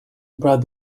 brought